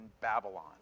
Babylon